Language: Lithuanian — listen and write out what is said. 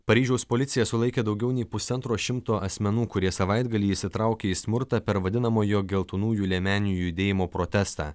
paryžiaus policija sulaikė daugiau nei pusantro šimto asmenų kurie savaitgalį įsitraukė į smurtą per vadinamojo geltonųjų liemenių judėjimo protestą